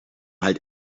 halt